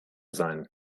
sein